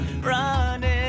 Running